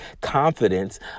confidence